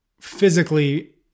physically